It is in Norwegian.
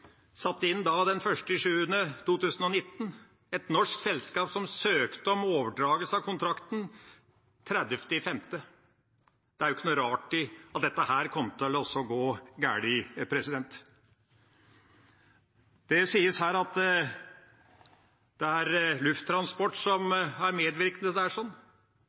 satt inn den 1. juli 2019 – et norsk selskap som søkte om overdragelse av kontrakten den 30. mai 2019. Det var jo ikke rart at dette gikk galt. Det sies her at Lufttransport er medvirkende til dette, og at det var svikt i kontraktsdokumentene. Nei, det var ikke noe svikt i kontraktsdokumentene. Det var sånn